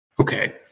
Okay